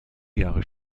jahre